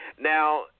Now